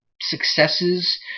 successes